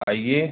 आइए